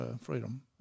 freedom